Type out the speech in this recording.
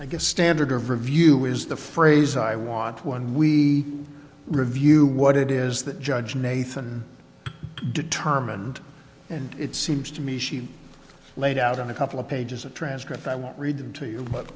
i guess standard of review is the phrase i want one we review what it is that judge nathan determined and it seems to me she laid out on a couple of pages of transcripts i won't read them to you but